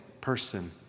person